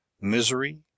MISERY